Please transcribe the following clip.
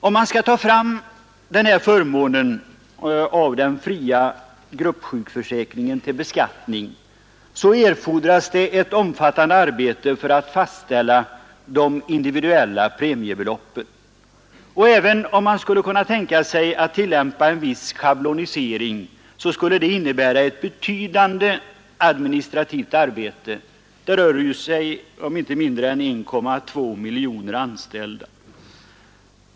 Om man skall ta fram förmånen av den fria gruppsjukförsäkringen till beskattning, erfordras ett omfattande arbete för att fastställa de individuella premiebeloppen. Även om man skulle kunna tänka sig att tillämpa en viss schablonisering, så skulle det innebära ett betydande administrativt arbete — det rör sig om inte mindre än 1,2 miljoner anställda.